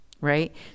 right